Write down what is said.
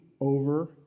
over